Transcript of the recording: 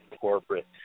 corporate